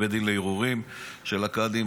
בית דין לערעורים של הקאדים.